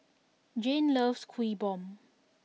Jayne loves Kuih Bom